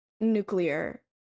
nuclear